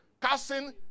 casting